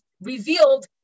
revealed